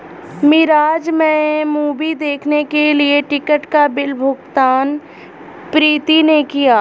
मिराज में मूवी देखने के लिए टिकट का बिल भुगतान प्रीति ने किया